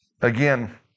Again